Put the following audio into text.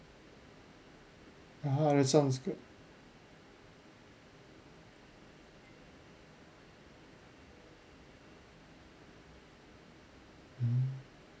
ah that sounds good hmm